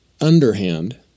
underhand